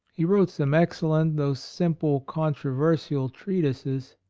he wrote some excellent though simple controversial treatises,